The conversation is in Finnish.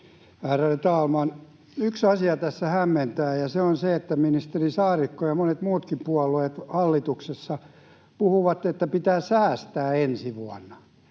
ärade talman! Yksi asia tässä hämmentää, ja se on se, että ministeri Saarikko ja monet muutkin puolueet hallituksessa puhuvat, että pitää säästää ensi vuonna.